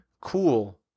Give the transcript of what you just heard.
Cool